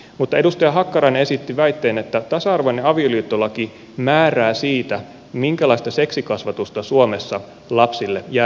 mutta edustaja hakkarainen esitti väitteen että tasa arvoinen avioliittolaki määrää siitä minkälaista seksikasvatusta suomessa lapsille järjestetään